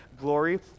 glory